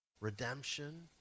redemption